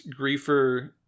griefer